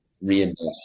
reinvest